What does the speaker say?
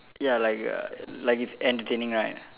ya like uh like it's entertaining right